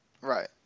Right